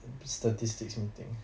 statistics meeting